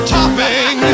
topping